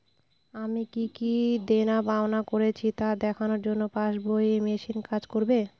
আমি কি কি দেনাপাওনা করেছি তা দেখার জন্য পাসবুক ই মেশিন কাজ করবে?